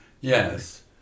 Yes